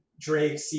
Drake